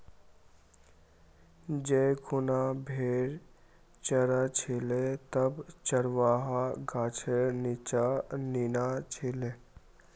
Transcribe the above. जै खूना भेड़ च र छिले तब चरवाहा गाछेर नीच्चा नीना छिले